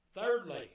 Thirdly